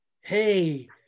Hey